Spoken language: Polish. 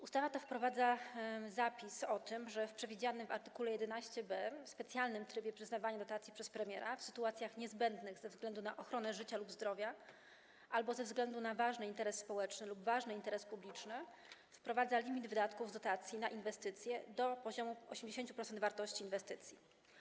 Ustawa ta wprowadza zapis o tym, że w przewidzianym w art. 11b specjalnym trybie przyznawania dotacji przez premiera w sytuacjach niezbędnych ze względu na ochronę życia lub zdrowia albo ze względu na ważny interes społeczny lub ważny interes publiczny wprowadza się limit wydatków z dotacji na inwestycje do poziomu 80% wartości inwestycji.